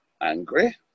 angry